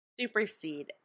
Supersede